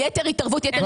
יתר התערבות, יתר התערבות.